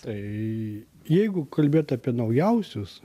tai jeigu kalbėt apie naujausius